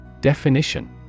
Definition